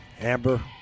Amber